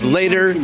later